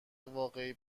واقعی